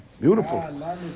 Beautiful